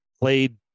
played